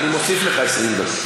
אני מוסיף לך 20 דקות.